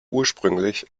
ursprünglich